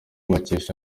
bakesha